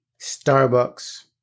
Starbucks